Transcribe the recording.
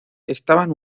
estaban